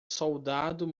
soldado